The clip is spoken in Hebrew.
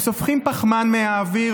הם סופחים פחמן מהאוויר,